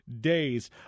Days